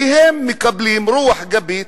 כי הם מקבלים רוח גבית,